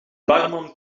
barman